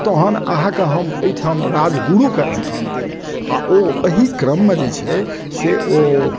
तहन हम अहाँके एहिठाम राजगुरु के स्थान देब आ ओ एहि क्रम मे जे छै से ओ